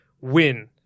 win